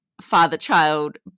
father-child